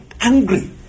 angry